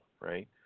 right